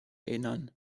erinnern